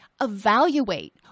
evaluate